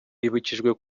bibukijwe